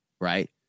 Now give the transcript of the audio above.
right